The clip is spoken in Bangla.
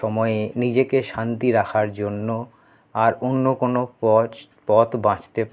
সময়ে নিজেকে শান্তি রাখার জন্য আর অন্য কোনো পচ পথ বাছতে